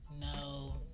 No